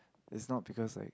is not because like